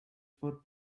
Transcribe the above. for